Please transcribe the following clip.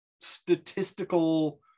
statistical